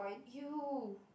you